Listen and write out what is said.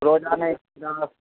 روزانہ ایک کلاس